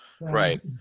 Right